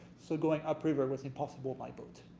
so going upriver was impossible by boat.